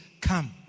come